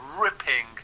ripping